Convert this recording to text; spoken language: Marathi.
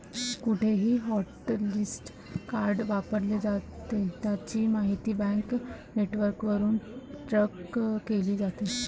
कुठेही हॉटलिस्ट कार्ड वापरले जाते, त्याची माहिती बँक नेटवर्कवरून ट्रॅक केली जाते